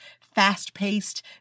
fast-paced